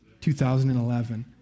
2011